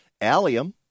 allium